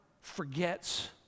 forgets